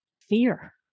fear